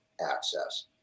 access